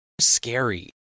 scary